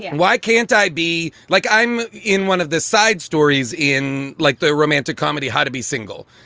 yeah why can't i be like i'm in one of the side stories in like the romantic comedy, how to be single.